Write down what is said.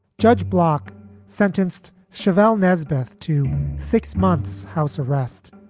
judge block sentenced cheval nesmith to six months house arrest.